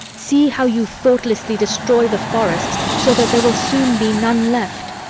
see how you thoughtlessly destroy the forests, so that there will soon be none left.